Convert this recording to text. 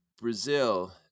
Brazil